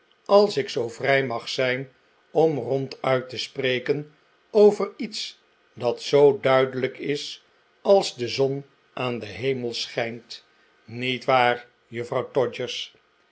als ik zoo vrij mag zijn om ronduit te spreken over iets dat zoo duidelijk is als de zon aan den hemel schijnt niet waar